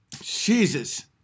Jesus